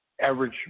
average